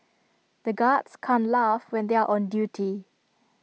the guards can't laugh when they are on duty